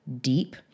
deep